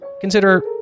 consider